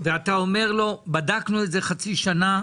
ואתה אומר לו שבדקנו את זה במשך חצי שנה,